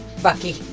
Bucky